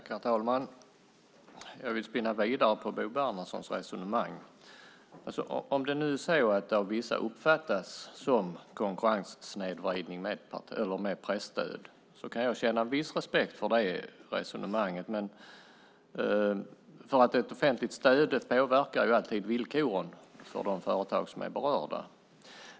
Herr talman! Jag vill spinna vidare på Bo Bernhardssons resonemang. Jag kan känna en viss respekt för att presstödet av vissa uppfattas som konkurrenssnedvridning. Ett offentligt stöd påverkar ju alltid villkoren för de företag som är berörda.